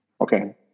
Okay